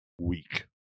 week